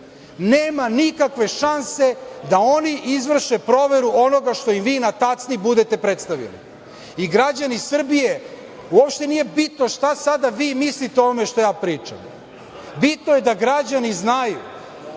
Nema nikakve šanse da oni izvrše proveru onoga što vam vi na tacni budete predstavili. Građani Srbije, uopšte nije bitno šta sada vi mislite o ovome šta ja pričam. Bitno je da građani znaju